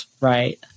right